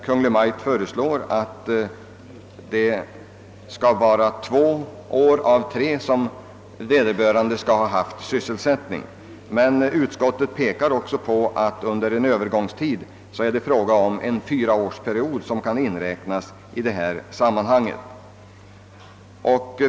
Kungl. Maj:t har föreslagit att vederbörande under två år av tre skall ha haft sysselsättning. Utskottet påpekar att under en Öövergångstid en fyraårsperiod kan inräknas i detta sammanhang.